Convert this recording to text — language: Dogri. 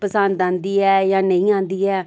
पसंद आंदी ऐ जां नेईं आंदी ऐ